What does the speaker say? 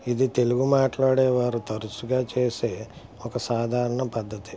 ఇది తెలుగు మాట్లాడే వారు తరచుగా చేసే ఒక సాధారణ పద్ధతి